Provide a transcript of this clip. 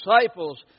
disciples